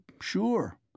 sure